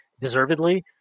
deservedly